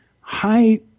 high